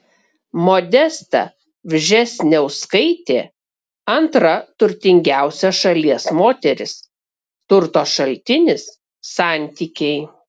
modesta vžesniauskaitė antra turtingiausia šalies moteris turto šaltinis santykiai